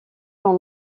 dans